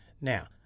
Now